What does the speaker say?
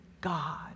God